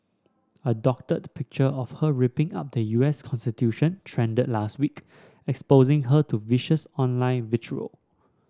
a doctored picture of her ripping up the U S constitution trended last week exposing her to vicious online vitriol